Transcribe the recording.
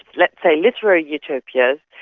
let's say, literary utopias,